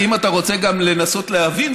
אם אתה רוצה גם לנסות להבין,